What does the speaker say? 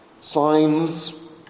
signs